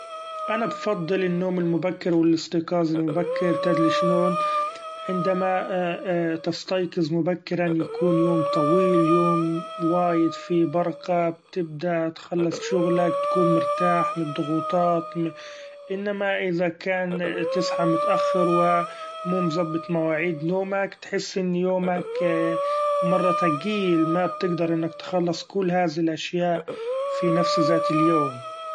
أنا بفضل النوم المبكر و الإستيقاظ المبكر تدري شلون ؛ عندما تستيقظ مبكرا يكون يوم طويل يوم وايد في بركه ، بتبدا تخلص شغلك ، تكون مرتاح م الضغوطات ، إنما إذا كان تصحي متأخر و مو مزبط مواعيد نومك تحس إن يومك مره تقيل ، ما بتقدر إنك تخلص كل هاذي الأشياء في نفس ذات اليوم.